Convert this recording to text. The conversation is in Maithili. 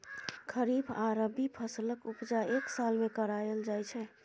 खरीफ आ रबी फसलक उपजा एक साल मे कराएल जाइ छै